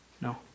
No